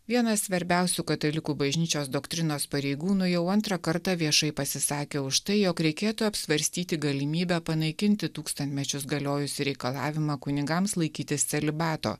vienas svarbiausių katalikų bažnyčios doktrinos pareigūnų jau antrą kartą viešai pasisakė už tai jog reikėtų apsvarstyti galimybę panaikinti tūkstantmečius galiojusį reikalavimą kunigams laikytis celibato